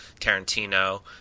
Tarantino